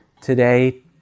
today